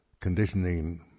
conditioning